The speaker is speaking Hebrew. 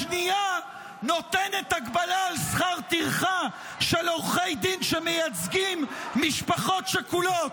השנייה נותנת הגבלה על שכר טרחה של עורכי דין שמייצגים משפחות שכולות.